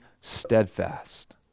steadfast